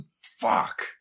fuck